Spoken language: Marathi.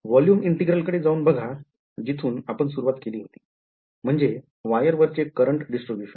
Volume integral कडे जाऊन बघा जिथून आपण सुरुवात केली होती म्हणजे वायर वरचे करंट डिस्ट्रीब्यूशन